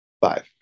Five